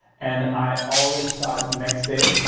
and i always start next day.